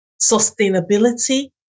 sustainability